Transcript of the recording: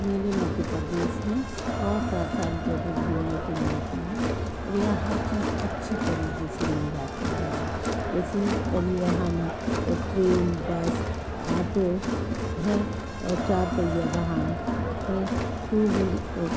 मेरे मध्य प्रदेश में बहुत सारी जगह घूमने फिरने की और यहाँ हर चीज़ अच्छी तरीक़े से मिल जाती हैगी जैसे परिवाहन है तो ट्रेन बस ऑटो है और चार पहिया वाहन है टू व्हील